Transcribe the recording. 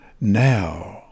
now